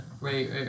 right